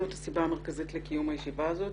זאת הסיבה המרכזית לקיום הישיבה הזאת,